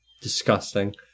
Disgusting